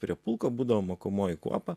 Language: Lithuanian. prie pulko būdavo mokomoji kuopa